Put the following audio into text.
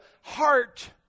heart